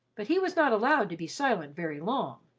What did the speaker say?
but he was not allowed to be silent very long.